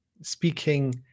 speaking